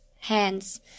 hands